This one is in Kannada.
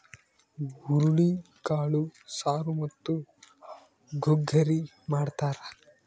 ಹುರುಳಿಕಾಳು ಸಾರು ಮತ್ತು ಗುಗ್ಗರಿ ಮಾಡ್ತಾರ